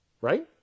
right